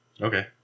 Okay